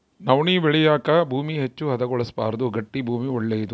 ನವಣೆ ಬೆಳೆಯಾಕ ಭೂಮಿ ಹೆಚ್ಚು ಹದಗೊಳಿಸಬಾರ್ದು ಗಟ್ಟಿ ಭೂಮಿ ಒಳ್ಳೇದು